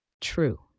True